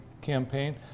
campaign